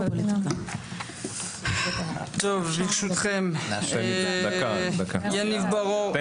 חברי, חבר הכנסת סימון דוידסון, שאל